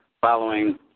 following